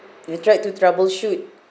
ya tried to troubleshoot